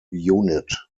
unit